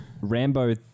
Rambo